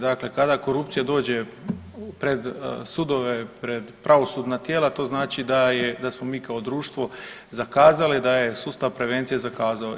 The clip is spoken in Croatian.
Dakle, kada korupcija dođe pred sudove, pred pravosudna tijela to znači da je, da smo mi kao društvo zakazali, da je sustav prevencije zakazao.